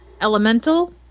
Elemental